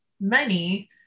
money